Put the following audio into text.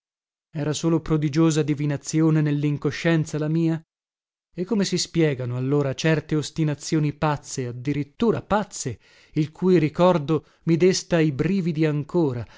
era solo prodigiosa divinazione nellincoscienza la mia e come si spiegano allora certe ostinazioni pazze addirittura pazze il cui ricordo mi desta i brividi ancora